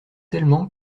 tellement